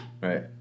Right